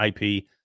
IP